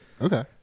Okay